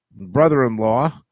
brother-in-law